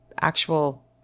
actual